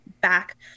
back